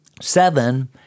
seven